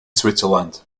switzerland